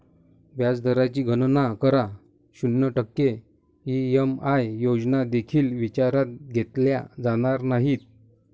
व्याज दराची गणना करा, शून्य टक्के ई.एम.आय योजना देखील विचारात घेतल्या जाणार नाहीत